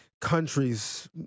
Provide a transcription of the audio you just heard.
countries